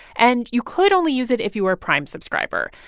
and you could only use it if you were a prime subscriber.